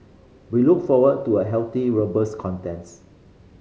we look forward to a healthy robust contest